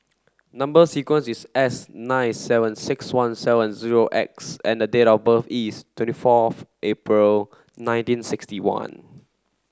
number sequence is S nine seven six one seven zero X and date of birth is twenty four of April nineteen sixty one